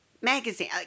magazine